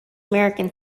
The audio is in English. american